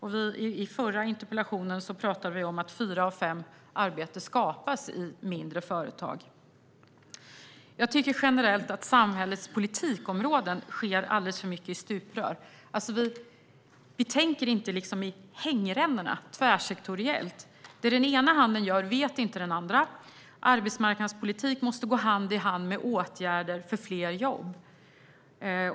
I den förra interpellationsdebatten talade vi om att fyra av fem arbeten skapas i mindre företag. Jag tycker generellt att samhällets politikområden delas upp alldeles för mycket i stuprör. Vi tänker inte tvärsektoriellt - i hängrännorna - utan det den ena handen gör vet inte den andra om. Arbetsmarknadspolitik måste gå hand i hand med åtgärder för fler jobb.